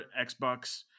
Xbox